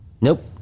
Nope